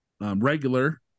regular